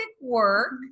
work